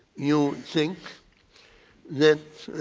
you think that.